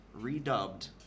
redubbed